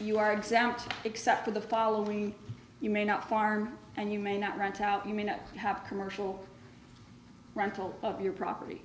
you are exempt except for the following you may not far and you may not run you may not have commercial rental of your property